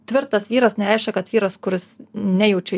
tvirtas vyras nereiškia kad vyras kuris nejaučia